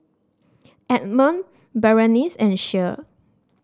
Edmund Berenice and Shea